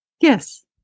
Yes